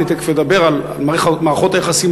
אני תכף אדבר על מערכות היחסים,